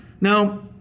Now